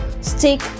stick